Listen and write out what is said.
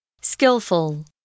Skillful